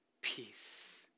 peace